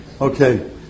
Okay